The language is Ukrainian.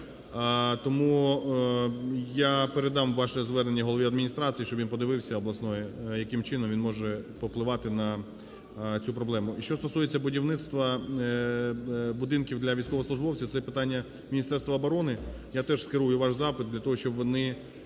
Тому я передам ваше звернення голові адміністрації, – щоб він подивився, – обласної, яким чином він можеповпливати на цю проблему. І що стосується будівництва будинків для військовослужбовців, це питання Міністерства оборони. Я теж скерую ваш запит для того,